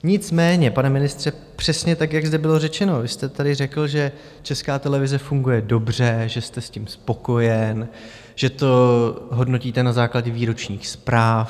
Nicméně, pane ministře, přesně tak, jak zde bylo řečeno, vy jste tady řekl, že Česká televize funguje dobře, že jste s tím spokojen, že to hodnotíte na základě výročních zpráv.